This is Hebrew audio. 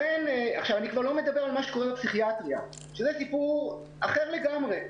אני כבר לא מדבר על מה שקורה בפסיכיאטריה שזה סיפור אחר לגמרי.